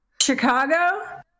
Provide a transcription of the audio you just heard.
Chicago